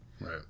Right